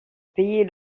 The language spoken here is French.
payer